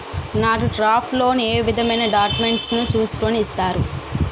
నాకు crop loan ఏ విధమైన డాక్యుమెంట్స్ ను చూస్కుని ఇస్తారు?